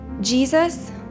Jesus